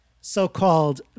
so-called